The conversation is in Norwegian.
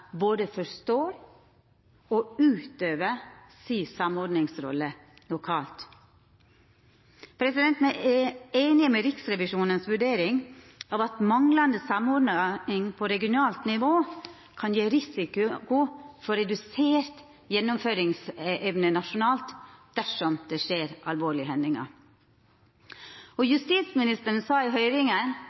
både forstår og utøver si samordningsrolle lokalt. Me er einige i Riksrevisjonens vurdering, at manglande samordning på regionalt nivå kan gje risiko for redusert gjennomføringsevne nasjonalt dersom det skjer alvorlege hendingar. Justisministeren sa i høyringa